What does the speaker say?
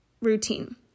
routine